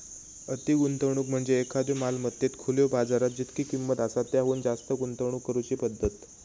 अति गुंतवणूक म्हणजे एखाद्यो मालमत्तेत खुल्यो बाजारात जितकी किंमत आसा त्याहुन जास्त गुंतवणूक करुची पद्धत